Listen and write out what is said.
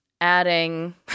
adding